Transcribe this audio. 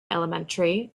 elementary